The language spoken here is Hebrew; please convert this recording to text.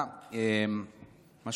משהו קרה לדוכן,